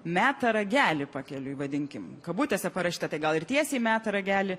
meta ragelį pakeliui vadinkim kabutėse parašyta tai gal ir tiesiai meta ragelį